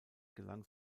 gelang